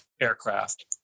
aircraft